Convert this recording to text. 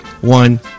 one